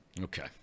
Okay